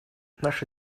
наша